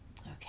okay